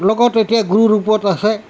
লগত এতিয়া গুৰু ৰূপত আছে